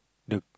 the